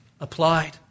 Applied